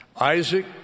Isaac